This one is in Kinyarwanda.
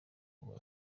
kuba